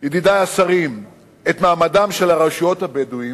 ידידי השרים, את מעמדן של רשויות הבדואים.